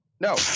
No